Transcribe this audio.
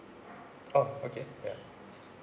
oh okay ya